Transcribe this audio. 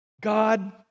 God